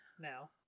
now